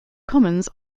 commons